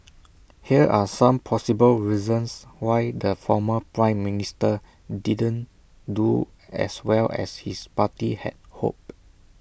here are some possible reasons why the former Prime Minister didn't do as well as his party had hoped